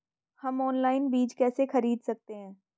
हम ऑनलाइन बीज कैसे खरीद सकते हैं?